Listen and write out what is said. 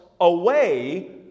away